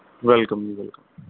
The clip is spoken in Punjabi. ਵੈਲਕਮ ਜੀ ਵੈਲਕਮ